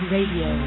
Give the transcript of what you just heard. Radio